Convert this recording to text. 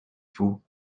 fooled